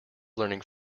learning